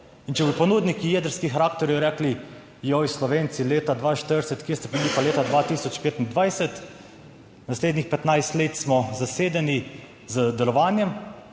In če bodo ponudniki jedrskih reaktorjev rekli, joj, Slovenci leta 2040, kje ste bili pa leta 2025, naslednjih 15 let smo zasedeni z delovanjem,